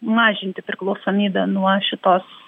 mažinti priklausomybę nuo šitos